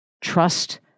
trust